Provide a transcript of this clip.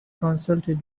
consulted